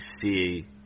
see